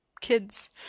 kids